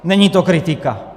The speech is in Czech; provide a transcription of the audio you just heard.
Není to kritika.